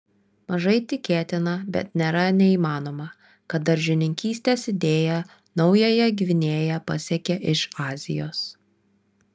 mažai tikėtina bet nėra neįmanoma kad daržininkystės idėja naująją gvinėją pasiekė iš azijos